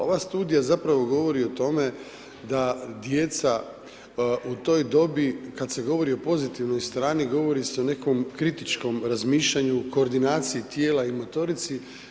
Ova studija zapravo govori o tome da djeca u toj dobi kada se govori o pozitivnoj strani govori se o nekom kritičkom razmišljanju, koordinaciji tijela i motorici.